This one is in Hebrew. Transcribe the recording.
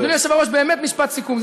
אדוני היושב-ראש, באמת משפט סיכום.